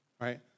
right